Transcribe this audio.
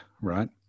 right